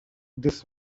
this